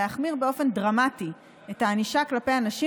להחמיר באופן דרמטי את הענישה כלפי אנשים